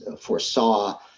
foresaw